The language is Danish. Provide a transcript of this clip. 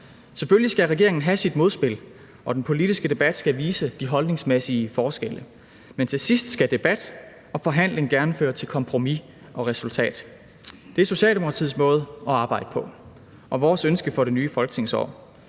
Selvfølgelig skal regeringen have sit modspil, og den politiske debat skal vise de holdningsmæssige forskelle, men til sidst skal debat og forhandling gerne føre til kompromis og resultat. Det er Socialdemokratiets måde at arbejde på og vores ønske for det nye folketingsår.